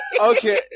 Okay